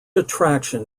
attraction